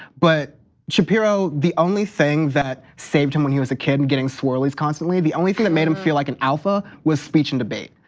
but shapiro, the only thing that saved him when he was a kid and getting swirlies constantly, the only thing that made him feel like an alpha, was speech and debate.